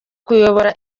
kuyobora